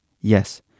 yes